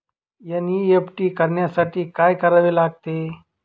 NEFT करण्यासाठी काय करावे लागते?